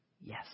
Yes